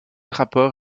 rapport